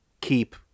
keep